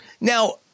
now